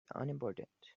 unimportant